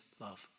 love